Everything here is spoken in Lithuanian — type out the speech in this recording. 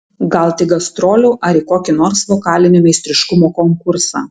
gal tik gastrolių ar į kokį nors vokalinio meistriškumo konkursą